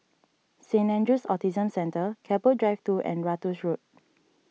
Saint andrew's Autism Centre Keppel Drive two and Ratus Road